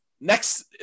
next